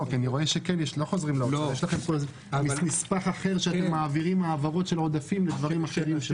יש לכם נספח אחר שאתם מעבירים העברות של עודפים לדברים אחרים.